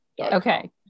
Okay